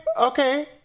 Okay